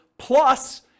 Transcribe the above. plus